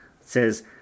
says